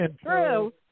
True